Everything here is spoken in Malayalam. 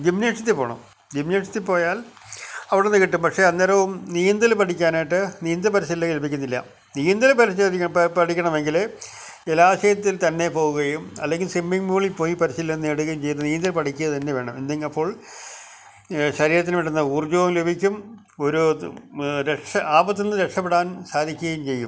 ജിംനേഷ്യത്തിൽ പോകണം ജിംനേഷ്യത്തിൽപ്പോയാല് അവിടുന്ന് കിട്ടും പക്ഷെ അന്നേരവും നീന്തൽ പഠിക്കാനായിട്ട് നീന്തല് പരിശീലകരെ ഏല്പ്പിക്കുന്നില്ല നീന്തൽ പഠിക്കണമെങ്കിൽ ജലശായത്തില്ത്തന്നെ പോകുകയും അല്ലെങ്കില് സ്വിമ്മിംഗ് പൂളില്പ്പോയി പരിശീലനം നേടുകയും ചെയ്ത് നീന്തല് പഠിക്കുക തന്നെ വേണം എന്നിങ്ങ് അപ്പോള് ശരീരത്തിന് വേണ്ടുന്ന ഊര്ജ്ജവും ലഭിക്കും ഒരു രക്ഷ ആപത്തിൽനിന്ന് രക്ഷപെടാന് സാധിക്കുകയും ചെയ്യും